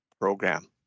Program